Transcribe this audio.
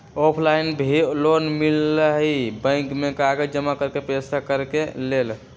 Offline भी loan मिलहई bank में कागज जमाकर पेशा करेके लेल?